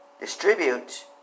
distribute